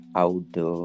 auto